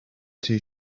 two